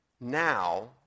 now